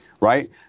Right